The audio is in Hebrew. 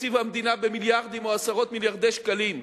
תקציב המדינה במיליארדים או בעשרות מיליארדי שקלים,